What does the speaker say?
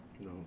No